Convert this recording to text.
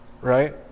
right